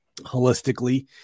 holistically